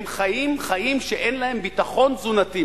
הם חיים חיים שאין להם ביטחון תזונתי.